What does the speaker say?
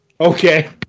Okay